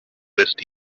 west